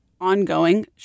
ongoing